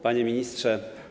Panie Ministrze!